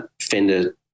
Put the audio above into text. Fender